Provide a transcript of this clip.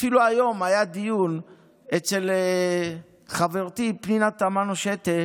אפילו היום היה דיון אצל חברתי פנינה תמנו שטה